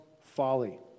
folly